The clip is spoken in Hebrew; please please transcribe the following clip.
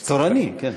בבקשה,